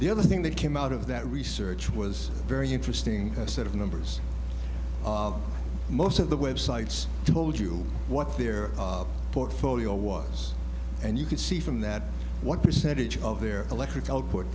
other thing that came out of that research was very interesting set of numbers most of the websites told you what their portfolio was and you can see from that what percentage of their electric output